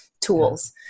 tools